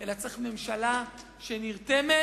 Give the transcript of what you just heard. אלא צריך ממשלה שנרתמת,